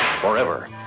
forever